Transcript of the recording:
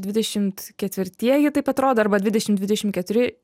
dvidešimt ketvirtieji taip atrodo arba dvidešim dvidešim keturi